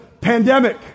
pandemic